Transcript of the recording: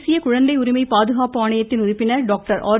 தேசிய குழந்தை உரிமை பாதுகாப்பு ஆணையத்தின் உறுப்பினர் டாக்டர் அர்